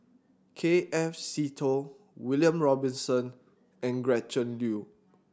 K F Seetoh William Robinson and Gretchen Liu